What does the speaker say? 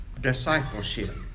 Discipleship